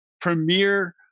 premier